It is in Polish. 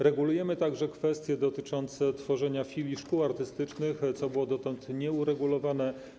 Regulujemy także kwestie dotyczące tworzenia filii szkół artystycznych, co było dotąd nieuregulowane.